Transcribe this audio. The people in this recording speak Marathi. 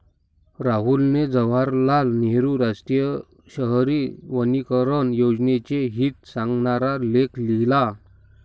राहुलने जवाहरलाल नेहरू राष्ट्रीय शहरी नवीकरण योजनेचे हित सांगणारा लेख लिहिला